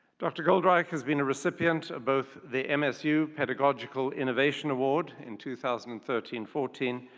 dr. goldreich has been a recipient of both the msu pedagogical innovation award in two thousand and thirteen fourteen,